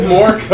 More